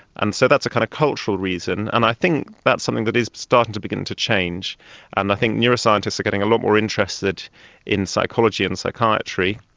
and so that's a kind of cultural reason. and i think that's something that is starting to begin to change and i think neuroscientists are getting a lot more interested in psychology and psychiatry,